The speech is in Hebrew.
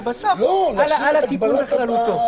ובסוף על התיקון בכללותו.